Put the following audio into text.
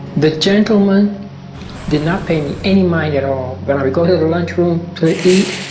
the gentlemen did not pay me any mind at all. when i would go to the lunch room to eat,